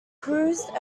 cruised